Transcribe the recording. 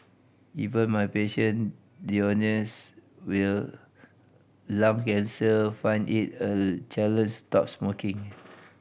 even my patient diagnose will lung cancer find it a challenge stop smoking